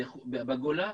בגולה,